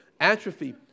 Atrophy